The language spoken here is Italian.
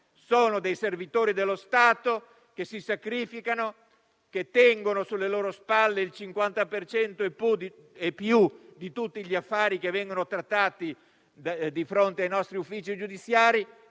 Sono dei paria, servitori dello Stato che si sacrificano e tengono sulle loro spalle il 50 per cento e più di tutti gli affari che vengono trattati di fronte ai nostri uffici giudiziari,